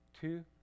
two